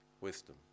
wisdom